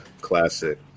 Classic